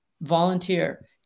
volunteer